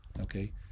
okay